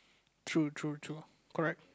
true true true correct